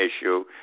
issue